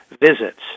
visits